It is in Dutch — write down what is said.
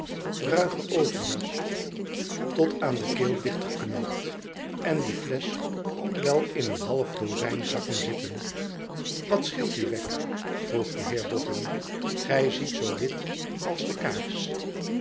ruime ruigeoverjas tot aan de keel dichtgeknoopt en die flesch kon wel in een half dozijn zakken zitten wat scheelt u wegg vroeg de heer boffin t gij ziet zoo wit als die kaars